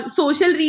social